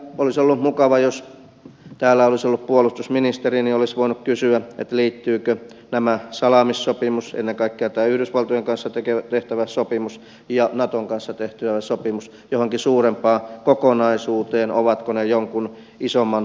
olisi ollut mukava jos täällä olisi ollut puolustusministeri ja olisi voinut kysyä liittyykö tämä salaamissopimus ennen kaikkea tämä yhdysvaltojen kanssa tehtävä sopimus ja naton kanssa tehtävä sopimus johonkin suurempaan kokonaisuuteen ovatko ne jonkun isomman päätöksen ehtona